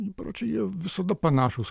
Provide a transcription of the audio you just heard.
įpročiai jie visada panašūs